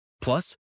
Plus